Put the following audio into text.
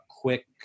quick